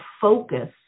focus